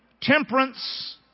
temperance